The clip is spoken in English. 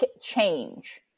change